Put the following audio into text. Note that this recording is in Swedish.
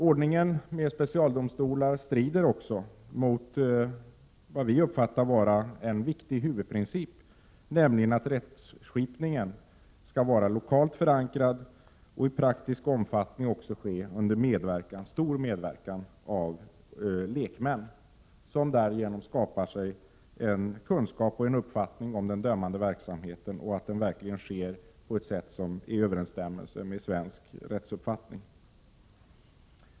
Ordningen med specialdomstolar strider också mot vad vi uppfattar som en viktig huvudprincip, nämligen att rättsskipningen skall vara lokalt förankrad och i praktisk omfattning också ske under stor medverkan av lekmän, som därigenom skapar sig en kunskap och en uppfattning om den dömande verksamheten och dessutom borgar för att den verkligen sker på ett sätt som är i överensstämmelse med svensk rättsuppfattning.